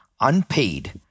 unpaid